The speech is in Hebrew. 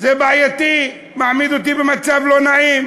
זה בעייתי, מעמיד אותי במצב לא נעים.